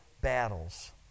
battles